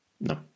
No